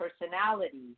personality